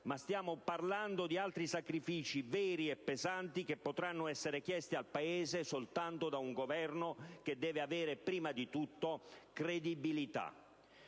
ma stiamo parlando di altri sacrifici veri e pesanti che potranno essere chiesti al Paese soltanto da un Governo che deve avere, prima di tutto, credibilità.